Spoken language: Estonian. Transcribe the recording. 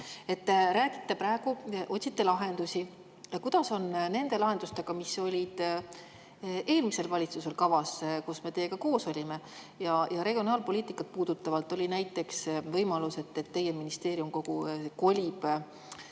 rääkisite praegu, et otsite lahendusi. Kuidas on nende lahendustega, mis olid kavas eelmisel valitsusel, kus me teiega koos olime? Regionaalpoliitikat puudutavalt oli näiteks võimalus, et teie ministeerium kolib